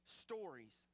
stories